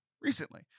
Recently